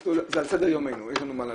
זה על סדר יומנו, יש לנו מה לדון,